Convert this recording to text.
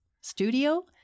Studio